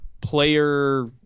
player